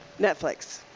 Netflix